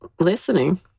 listening